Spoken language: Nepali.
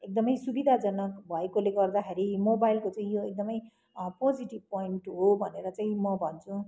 एकदमै सुविधाजनक भएकोले गर्दाखेरि मोबाइलको चाहिँ यो एकदमै पोजिटिभ पोइन्ट हो भनेर चाहिँ म भन्छु